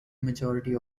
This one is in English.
majority